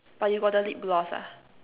but you got the lip gloss ah